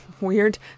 weird